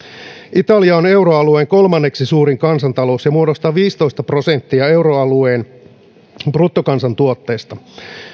italia on euroalueen kolmanneksi suurin kansantalous se muodostaa viisitoista prosenttia euroalueen bruttokansantuotteesta